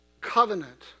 covenant